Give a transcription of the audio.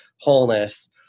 wholeness